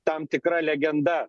tam tikra legenda